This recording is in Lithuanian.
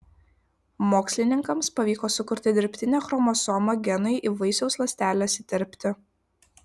mokslininkams pavyko sukurti dirbtinę chromosomą genui į vaisiaus ląsteles įterpti